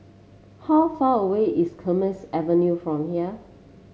how far away is Kismis Avenue from here